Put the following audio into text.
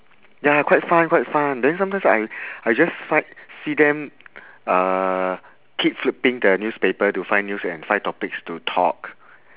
ya quite fun quite fun then sometimes I I just fi~ see them uh keep flipping their newspaper to find news and find topics to talk